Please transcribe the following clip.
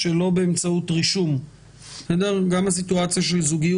לאפשר למערכת --- עידוד חיסונים זו הצדקה אפידמיולוגית בעת הזו,